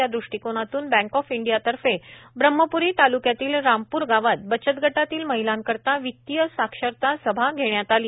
या दृष्टिकोनातून bank of इंडियातर्फे ब्रह्मप्री तालुक्यातील रामपूर गावात बचत गटातील महिलांकरिता वितीय साक्षरता सभा घेण्यात आली